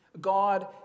God